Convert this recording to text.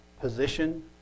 position